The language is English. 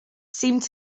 seemed